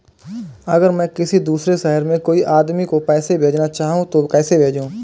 अगर मैं किसी दूसरे शहर में कोई आदमी को पैसे भेजना चाहूँ तो कैसे भेजूँ?